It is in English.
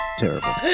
terrible